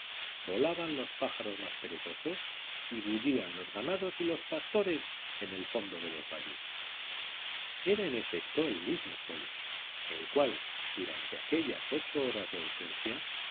volaban los pájaros más perezosos y bullían los ganados y los pastores en el fondo de los valles era en efecto el mismo sol el cual durante aquellas ocho horas de ausencia